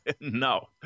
No